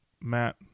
Matt